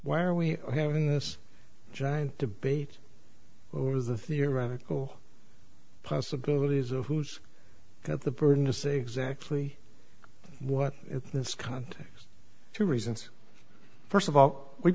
why are we having this giant debate over the theoretical possibilities of who's got the burden to say exactly what this context three reasons first of all we